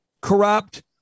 corrupt